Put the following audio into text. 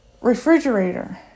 refrigerator